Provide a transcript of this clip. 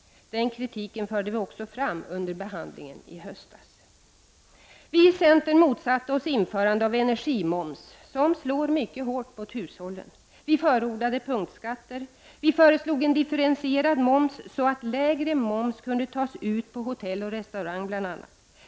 Den kritiken förde vi också fram under behandlingen i höstas. Vii centern motsatte oss införande av energimoms, eftersom en sådan slår mycket hårt mot hushållen. Vi förordade punktskatter. Vi föreslog en differentierad moms, så att lägre moms kunde tas ut på bl.a. hotelloch restaurangstjänster.